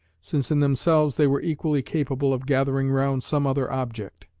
since in themselves they were equally capable of gathering round some other object.